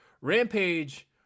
Rampage